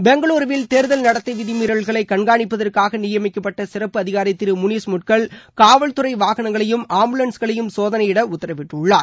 பெங்களுருவில் தேர்தல் நடத்தை விதி மீறல்களை கண்காணிப்பதற்காக நியமிக்கப்பட்ட சிறப்பு அதிகாரி திரு முனிஷ் முட்கல் காவல்துறை வாகனங்களையும் ஆம்புலன்ஸ்களையும் சோதளையிட உத்தரவிட்டுள்ளார்